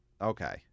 Okay